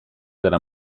della